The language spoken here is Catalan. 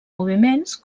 moviments